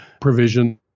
provision